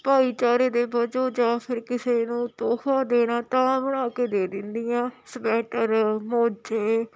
ਭਾਈਚਾਰੇ ਦੇ ਵਜੋਂ ਜਾਂ ਫਿਰ ਕਿਸੇ ਨੂੰ ਤੋਹਫਾ ਦੇਣਾ ਤਾਂ ਬਣਾ ਕੇ ਦੇ ਦਿੰਦੀ ਹਾਂ ਸਵੈਟਰ ਮੋਜੇ